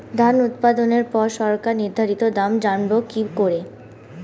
ধান উৎপাদনে পর সরকার নির্ধারিত দাম জানবো কি করে?